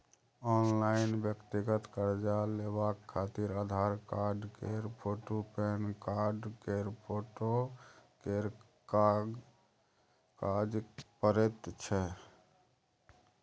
online व्यक्तिगत कर्जा लेबाक खातिर आधार कार्ड केर फोटु, पेनकार्ड केर फोटो केर काज परैत छै